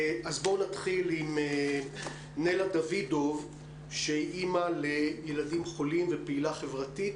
בואו נתחיל עם נלה דוידוב שהיא אימא לילדים חולים ופעילה חברתית